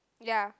ya